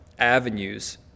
avenues